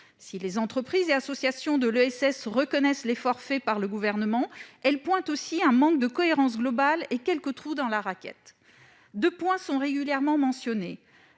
Si les entreprises et les associations de l'ESS reconnaissent l'effort fait par le Gouvernement, elles pointent aussi un manque de cohérence globale et quelques trous dans la raquette. Deux points sont régulièrement mentionnés